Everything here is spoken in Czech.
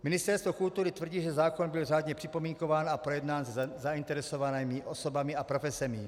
Ministerstvo kultury tvrdí, že zákon byl řádně připomínkován a projednán se zainteresovanými osobami a profesemi.